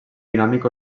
dinàmic